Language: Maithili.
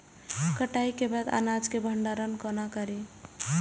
कटाई के बाद अनाज के भंडारण कोना करी?